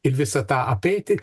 ir visą tą apeiti